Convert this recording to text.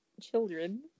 children